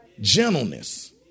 Gentleness